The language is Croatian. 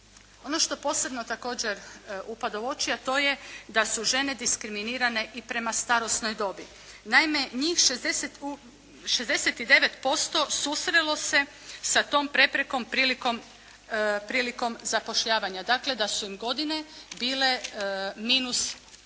Ono što posebno također upada u oči, a to je da su žene diskriminirane i prema starosnoj dobi. Naime njih 69% susrelo se sa tom preprekom prilikom zapošljavanja, dakle da su im godine bile minus